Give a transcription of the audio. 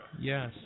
Yes